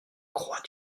croix